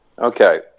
Okay